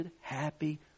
happy